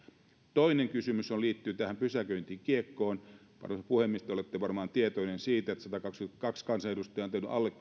toinen kysymys liittyy pysäköintikiekkoon arvoisa puhemies te olette varmaan tietoinen siitä että satakaksikymmentäkaksi kansanedustajaa on